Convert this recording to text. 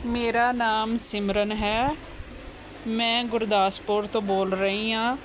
ਮੇਰਾ ਨਾਮ ਸਿਮਰਨ ਹੈ ਮੈਂ ਗੁਰਦਾਸਪੁਰ ਤੋਂ ਬੋਲ ਰਹੀ ਹਾਂ